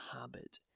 habit